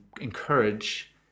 encourage